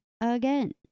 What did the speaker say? again